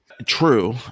True